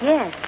Yes